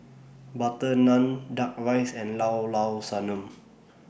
Butter Naan Duck Rice and Llao Llao Sanum